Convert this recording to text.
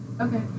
Okay